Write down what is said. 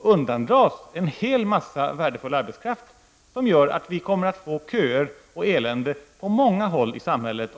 undandras en hel mängd värdefull arbetskraft. Det gör i sin tur att det med den politiken uppstår köer och elände på många håll i samhället.